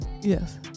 Yes